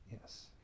Yes